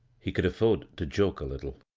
he could af ford to joke a little.